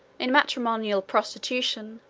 in matrimonial prostitution,